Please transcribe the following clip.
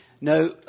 No